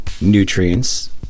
nutrients